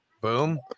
Boom